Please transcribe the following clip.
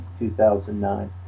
2009